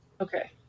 Okay